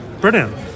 Brilliant